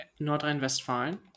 Nordrhein-Westfalen